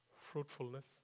fruitfulness